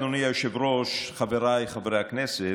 אדוני היושב-ראש, חבריי חברי הכנסת,